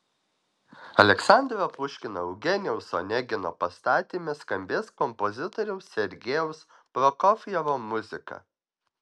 aleksandro puškino eugenijaus onegino pastatyme skambės kompozitoriaus sergejaus prokofjevo muzika